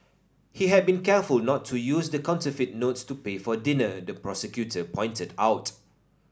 he had been careful not to use the counterfeit notes to pay for dinner the prosecutor pointed out